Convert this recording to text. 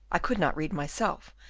i could not read myself,